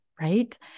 right